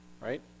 right